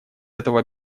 этого